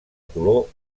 color